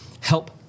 help